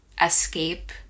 escape